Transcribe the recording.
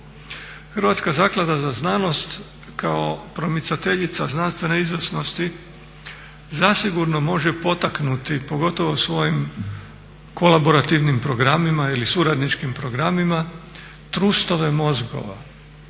Hrvatska zaklada za znanost kao promicateljica znanstvene izvrsnosti zasigurno može potaknuti, pogotovo svojim kolaborativnim programima ili suradničkim programima trustove mozgova